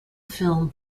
film